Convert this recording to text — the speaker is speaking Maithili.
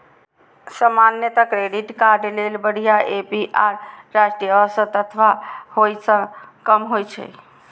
सामान्यतः क्रेडिट कार्ड लेल बढ़िया ए.पी.आर राष्ट्रीय औसत अथवा ओइ सं कम होइ छै